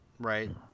right